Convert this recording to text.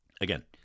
Again